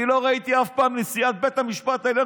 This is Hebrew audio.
אני לא ראיתי אף פעם נשיאת בית המשפט העליון